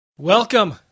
Welcome